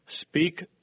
Speak